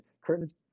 curtains